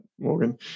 Morgan